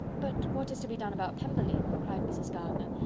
but what is to be done about pemberley? cried mrs. gardiner.